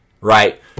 right